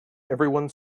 everyone